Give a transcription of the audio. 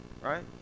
right